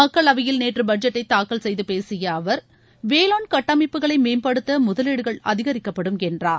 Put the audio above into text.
மக்களவையில் நேற்றுபட்ஜெட்டைதாக்கல் செய்துபேசியஅவர் வேளாண் கட்டமைப்புகளைமேம்படுத்தமுதலீடுகள் அதிகரிக்கப்படும் என்றார்